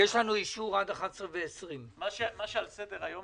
--- יש לנו אישור עד 11:20. מה שעל סדר-היום,